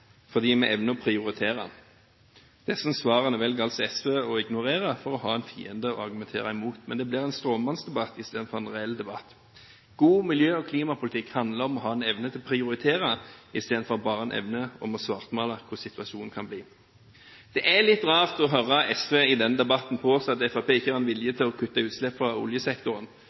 fordi vi evner å prioritere. Disse svarene velger altså SV å ignorere for å ha en fiende å argumentere imot. Men det blir en stråmanndebatt i stedet for en reell debatt. God miljø- og klimapolitikk handler om å ha en evne til å prioritere i stedet for bare en evne til å svartmale hvordan situasjonen kan bli. Det er litt rart å høre SV i denne debatten påstå at Fremskrittspartiet ikke har en vilje til å kutte utslipp fra oljesektoren,